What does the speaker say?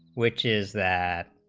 which is that